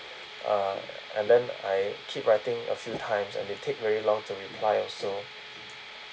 uh and then I keep writing a few times and they take very long to reply also